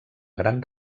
gran